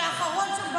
כשהאחרון שם,